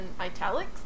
italics